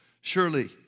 Surely